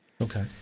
Okay